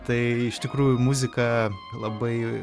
tai iš tikrųjų muzika labai